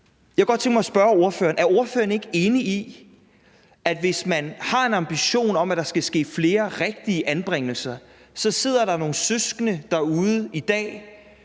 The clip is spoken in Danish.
Er ordføreren ikke enig i, at hvis man har en ambition om, at der skal ske flere rigtige anbringelser, så sidder der nogle søskende derude i dag,